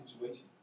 situation